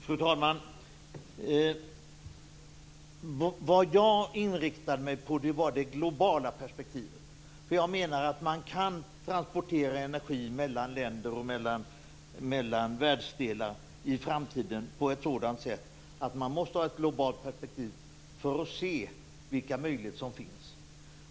Fru talman! Vad jag inriktade mig på var det globala perspektivet. Jag menar att man kan transportera energi mellan länder och mellan världsdelar i framtiden på ett sådant sätt att man måste ha ett globalt perspektiv för att se vilka möjligheter som finns.